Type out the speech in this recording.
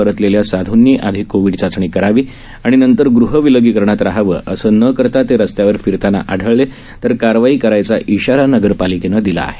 परतलेल्या साधूंनी आधी कोविड चाचणी करावी आणि नंतर गुह विलगिकरणात राहावं असं न करता ते रस्त्यावर फिरताना आढळले तर कारवाई करण्याचा इशारा नगरपालिकेनं दिला आहे